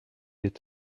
est